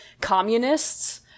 communists